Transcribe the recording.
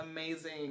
amazing